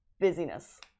busyness